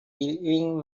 feeling